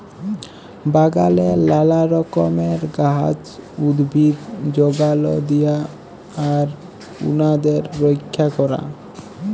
বাগালে লালা রকমের গাহাচ, উদ্ভিদ যগাল দিয়া আর উনাদের রইক্ষা ক্যরা